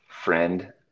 friend